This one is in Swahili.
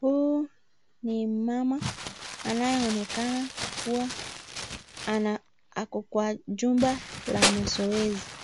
Huyu ni mama anayeonekana kuwa ako kwa chumba la mazoezi.